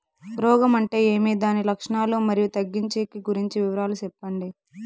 రోగం అంటే ఏమి దాని లక్షణాలు, మరియు తగ్గించేకి గురించి వివరాలు సెప్పండి?